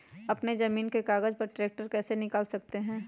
अपने जमीन के कागज पर ट्रैक्टर कैसे निकाल सकते है?